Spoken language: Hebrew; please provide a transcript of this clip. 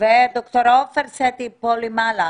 אני רואה את ד"ר עופר סטי פה למעלה.